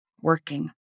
working